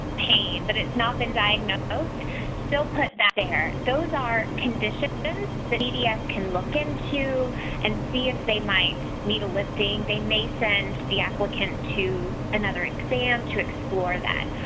pain, but it's not been diagnosed still put that there. those are conditions the dds can look into and see if they might need a lifting. they may send the applicant to another exam to explore that.